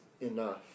enough